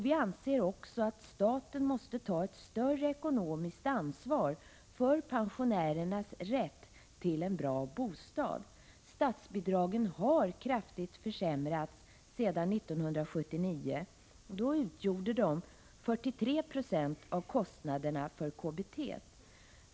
Vi anser också att staten måste ta ett större ekonomiskt ansvar för pensionärernas rätt till en bra bostad. Statsbidragen har kraftigt försämrats sedan 1979. Då utgjorde de 43 26 av kostnaderna för KBT.